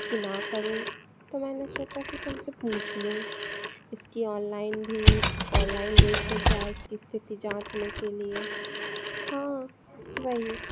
कि ना करूँ तो मैंने सोचा की तुमसे पूछ लूँ इसकी ऑनलाइन भी ऑनलाइन देखूं क्या इसकी स्थिति जांचने के लिए हाँ वही